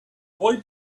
why